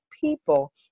people